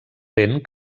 vent